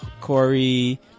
Corey